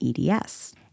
EDS